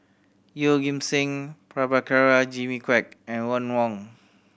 Yeoh Ghim Seng Prabhakara Jimmy Quek and Ron Wong